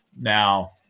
Now